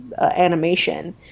animation